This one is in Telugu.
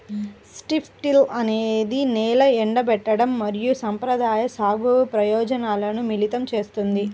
స్ట్రిప్ టిల్ అనేది నేల ఎండబెట్టడం మరియు సంప్రదాయ సాగు ప్రయోజనాలను మిళితం చేస్తుంది